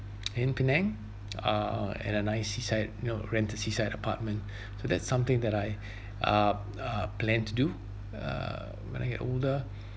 in penang uh at a nice seaside you know rent a seaside apartment so that's something that I err uh plan to do uh when I get older